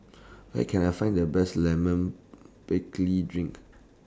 Where Can I Find The Best Lemon Drink